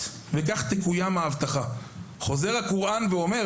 וכך תקוים ההבטחה.״ חוזר הקוראן ואומר,